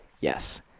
yes